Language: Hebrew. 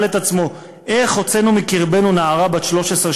את עצמו: איך הוצאנו מקרבנו נערה בת 13,